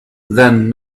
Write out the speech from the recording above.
then